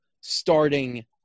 starting